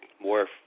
more